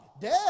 dead